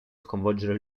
sconvolgere